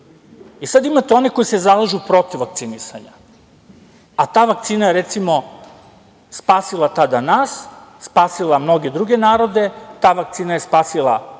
i sada imate one koji se zalažu protiv vakcinisanja, a ta vakcina je recimo spasila tada nas, spasila mnoge druge narode, ta vakcina je spasila